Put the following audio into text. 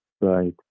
Right